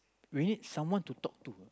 we need someone to talk to